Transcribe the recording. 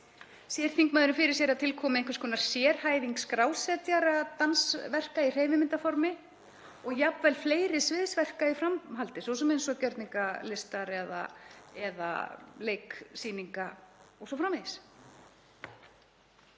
Sér þingmaðurinn fyrir sér að til komi einhvers konar sérhæfing skrásetjara verka í hreyfimyndaformi og jafnvel fleiri sviðsverka í framhaldi, svo sem eins og gjörningalistar eða leiksýninga o.s.frv.?